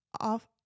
off